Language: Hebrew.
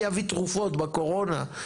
מי יביא תרופות בקורונה,